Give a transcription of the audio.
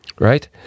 Right